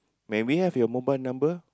may we have your mobile number